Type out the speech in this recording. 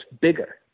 bigger